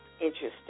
interesting